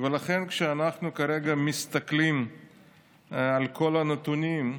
כשאנחנו מסתכלים על כל הנתונים,